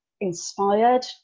inspired